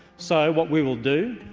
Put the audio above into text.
so what we will do,